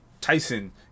Tyson